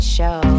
Show